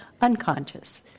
Unconscious